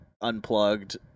unplugged